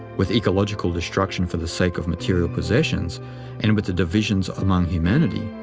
with ecological destruction for the sake of material possessions and with the divisions among humanity,